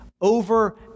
over